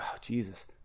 Jesus